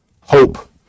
hope